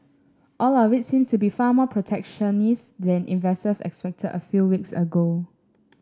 all of it seems to be far more protectionist than investors expected a few weeks ago